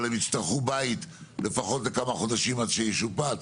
אבל הם יצטרכו בית לפחות לכמה חודשים עד שישופץ,